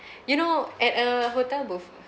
you know at a hotel buf~